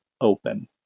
open